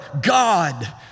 God